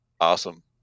awesome